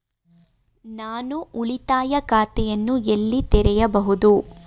ನಾನು ಉಳಿತಾಯ ಖಾತೆಯನ್ನು ಎಲ್ಲಿ ತೆರೆಯಬಹುದು?